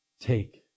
Take